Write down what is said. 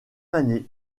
année